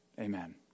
Amen